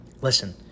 Listen